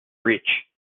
breach